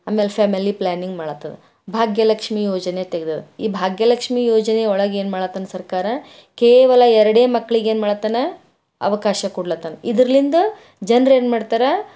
ಅಮೇಲೆ family planning ಮಾಡ್ಲತ್ತದ ಭಾಗ್ಯಲಕ್ಷ್ಮಿ ಯೋಜನೆ ತೆಗೆದರು ಈ ಭಾಗ್ಯಲಕ್ಷ್ಮಿ ಯೋಜನೆಯ ಒಳಗೆ ಏನು ಮಾಡ್ಲತ್ತದ ಸರ್ಕಾರ ಕೇವಲ ಎರಡೇ ಮಕ್ಕಳಿಗೆ ಏನು ಮಾಡಾತ್ತಾನ ಅವಕಾಶ ಕೊಡ್ಲಾತ್ತಾನ ಇದರಿಂದ ಜನ್ರು ಏನು ಮಾಡ್ತರ